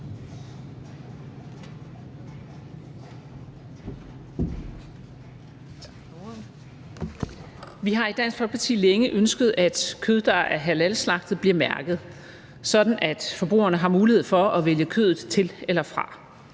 Vi har i Dansk Folkeparti længe ønsket, at kød, der er halalslagtet, bliver mærket, sådan at forbrugerne har mulighed for at vælge kødet til eller fra.